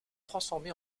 transformé